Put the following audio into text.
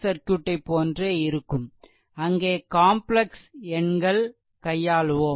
சர்க்யூட்டைப் போன்றே இருக்கும் அங்கே காம்ப்ளெக்ஸ் எண்கள் கையாளுவோம்